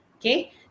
Okay